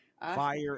Fire